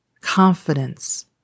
confidence